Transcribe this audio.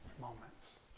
moments